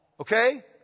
okay